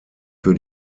für